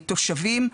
התושבים.